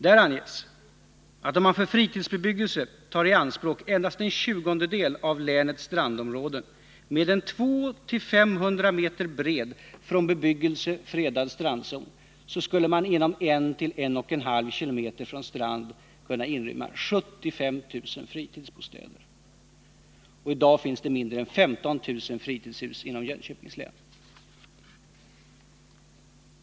Där anges, att om man för fritidsbebyggelse endast tar i anspråk en tjugondedel av länets strandområden, med en 200-500 m bred från bebyggelse fredad strandzon, skulle man inom 1—-1,5 km från strand kunna inrymma 75 000 fritidsbostäder. I dag finns det mindre än 15 000 fritidshus i Jönköpings län.